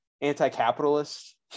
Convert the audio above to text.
anti-capitalist